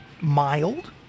mild